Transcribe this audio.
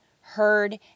heard